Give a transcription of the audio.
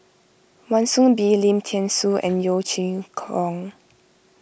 Wan Soon Bee Lim thean Soo and Yeo Chee Kiong